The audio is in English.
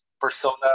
persona